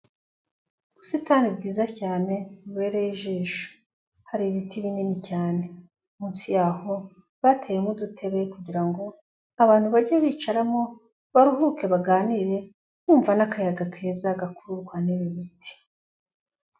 Ubusitani bwiza cyane bubereye ijisho hari ibiti binini cyane, munsi yaho batemo udutebe kugira ngo abantu bajye bicaramo baruhuke baganire kumva n'akayaga keza gakururwa n'ibi ibiti.